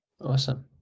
Awesome